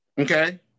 Okay